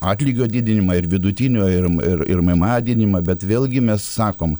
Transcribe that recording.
atlygio didinimą ir vidutinio ir ir ir mma didinimą bet vėlgi mes sakom